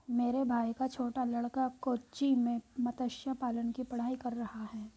मेरे भाई का छोटा लड़का कोच्चि में मत्स्य पालन की पढ़ाई कर रहा है